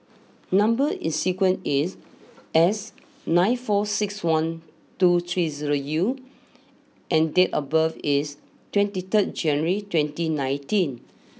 number is sequence is S nine four six one two three zero U and date of birth is twenty third January twenty nineteen